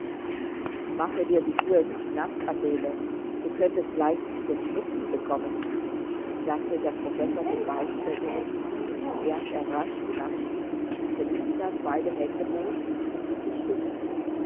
mache dir die schuhe nicht naß adele du könntest leicht den schnupfen bekommen sagte der professor mit beißender ironie während er rasch hinabstieg und felicitas beide hände bot um sie zu stützen